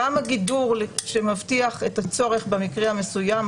גם הגידור שמבטיח את הצורך במקרה המסוים,